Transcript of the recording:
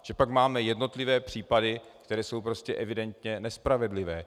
Že pak máme jednotlivé případy, které jsou evidentně nespravedlivé?